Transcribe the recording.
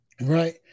right